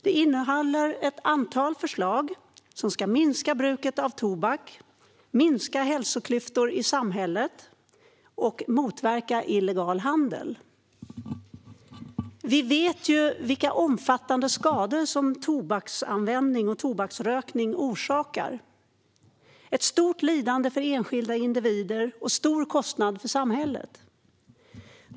Den innehåller ett antal förslag som ska minska bruket av tobak, minska hälsoklyftor i samhället och motverka illegal handel. Vi vet vilka omfattande skador tobaksanvändning och tobaksrökning orsakar med ett stort lidande för enskilda individer och en stor kostnad för samhället.